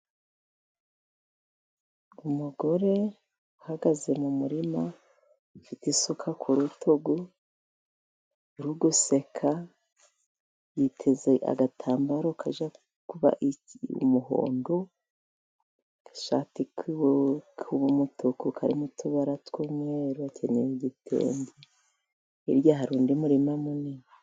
Umugore uhagaze mu murima, ufite isuka ku rutugu, uri guseka, yiteze agatambaro kajya kuba umuhondo, agashati k'umutuku karimo utubara tw'umweru akenyeye igitede, hirya hari undi murima munini.